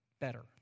better